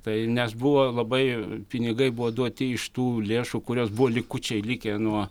tai nes buvo labai pinigai buvo duoti iš tų lėšų kurios buvo likučiai likę nuo